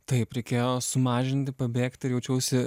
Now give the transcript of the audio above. taip reikėjo sumažinti pabėgti ir jaučiausi